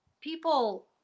people